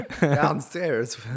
downstairs